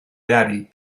daddy